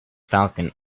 falcon